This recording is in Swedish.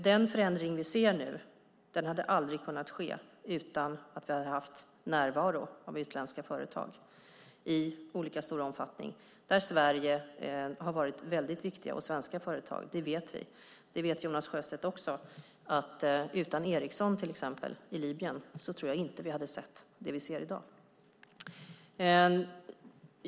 Den förändring vi nu ser hade aldrig kunnat ske om vi inte hade haft närvaro av utländska företag, i olika stor omfattning. Där har Sverige och svenska företag varit mycket viktiga, det vet vi. Utan till exempel Ericsson i Libyen tror jag inte att vi hade sett det vi ser i dag.